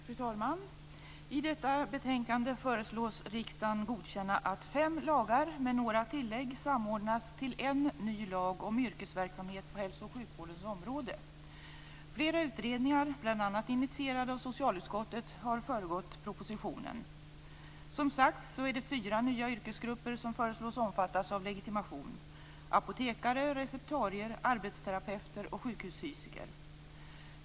Fru talman! I detta betänkande föreslås riksdagen godkänna att fem lagar med några tillägg samordnas till en ny lag om yrkesverksamhet på hälso och sjukvårdens område. Flera utredningar, bl.a. initierade av socialutskottet, har föregått propositionen. Fyra nya yrkesgrupper föreslås, som sagt var, omfattas av legitimation: apotekare, receptarier, arbetsterapeuter och sjukhusfysiker.